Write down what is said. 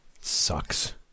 sucks